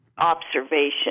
Observation